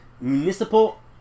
municipal